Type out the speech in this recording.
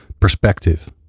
perspective